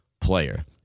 player